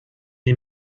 die